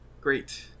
Great